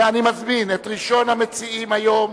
ואני מזמין את ראשון המציעים היום,